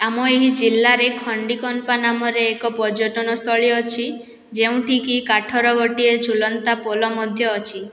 ଆମ ଏହି ଜିଲ୍ଲାରେ ଖଣ୍ଡିକମ୍ପା ନାମରେ ଏକ ପର୍ଯ୍ୟଟନସ୍ଥଳୀ ଅଛି ଯେଉଁଠିକି କାଠର ଗୋଟିଏ ଝୁଲନ୍ତା ପୋଲ ମଧ୍ୟ ଅଛି